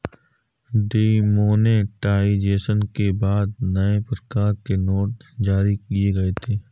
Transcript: demonetisation के बाद नए प्रकार के नोट जारी किए गए थे